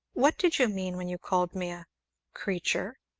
what did you mean when you called me a creature?